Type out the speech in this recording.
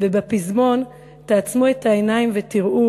ובפזמון 'תעצמו את העיניים ותראו'